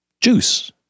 juice